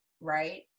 right